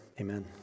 amen